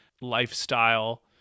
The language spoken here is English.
lifestyle